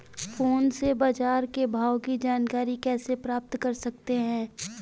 Phone से बाजार के भाव की जानकारी कैसे प्राप्त कर सकते हैं?